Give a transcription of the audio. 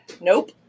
Nope